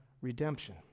redemption